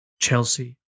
Chelsea